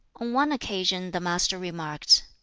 one occasion the master remarked,